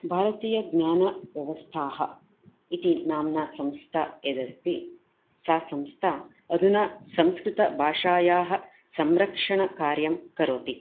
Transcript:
भारतीयज्ञानव्यवस्थाः इति नाम्न संस्था यदस्ति सा संस्था अधुना संस्कृतभाषायाः संरक्षणकार्यं करोति